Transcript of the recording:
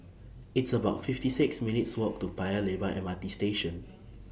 It's about fifty six minutes' Walk to Paya Lebar M R T Station